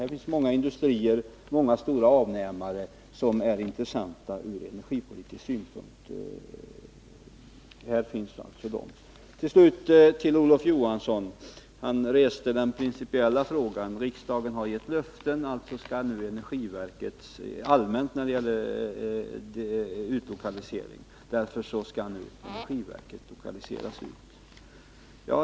Här finns många industrier och många stora avnämare som kan vara intressanta ur energipolitisk synpunkt. Till slut: Olof Johansson reste den principiella frågan. Riksdagen har alltså allmänt gett löften när det gäller utlokaliseringen. Därför skall energiverket nu utlokaliseras.